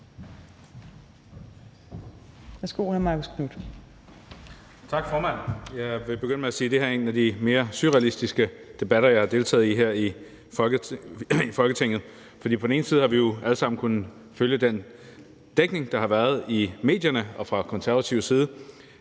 Tak, formand. Jeg vil begynde med at sige, at det her er en af de mere surrealistiske debatter, jeg har deltaget i her i Folketinget. For på den ene side har vi jo alle sammen kunnet følge den dækning, der har været i medierne, og fra Konservatives side